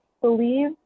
believe